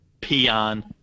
peon